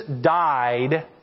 died